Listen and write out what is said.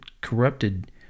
corrupted